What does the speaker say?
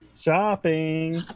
shopping